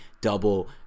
double